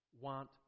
want